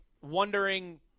Wondering